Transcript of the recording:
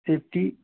safety